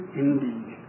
indeed